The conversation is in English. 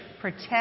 protect